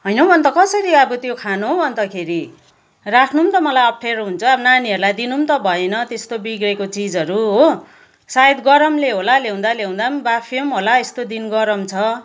होइन हौ अन्त कसरी अब त्यो खानु हौ अन्तखेरि राख्नु पनि मलाई अप्ठ्यारो हुन्छ नानीहरूलाई दिनु पनि त भएन त्यस्तो बिग्रिएको चिजहरू हो सायद गरमले होला ल्याउँदा ल्याउँदा पनि बाफियो पनि होला यस्तो दिन गरम छ